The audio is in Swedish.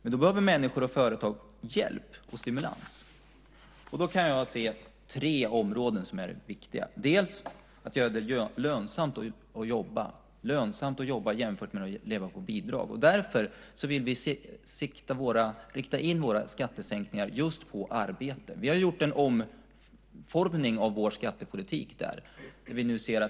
Men då behöver människor och företag hjälp och stimulans, och jag kan se tre områden som är viktiga. Det första är att göra det lönsamt att jobba jämfört med att leva på bidrag. Därför vill vi rikta in våra skattesänkningar just på arbete. Vi har gjort en omformning av vår skattepolitik.